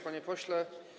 Panie Pośle!